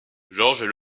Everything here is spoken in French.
george